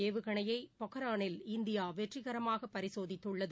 ஏவுகணையை பொக்ரானில் இந்தியா வெற்றிகரமாக பரிசோதித்துள்ளது